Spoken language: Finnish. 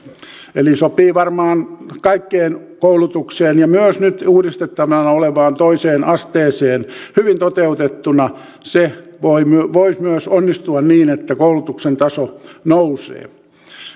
eli sopii varmaan kaikkeen koulutukseen ja myös nyt uudistettavana olevaan toiseen asteeseen hyvin toteutettuna se voi myös onnistua niin että koulutuksen taso nousee